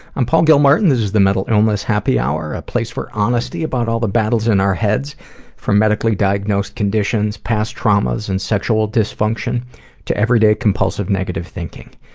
i'm paul gilmartin. this is the mental illness happy hour, a place for honesty about all the battles in our heads from medically-diagnosed conditions, past traumas and sexual dysfunction to everyday compulsive negative thinking.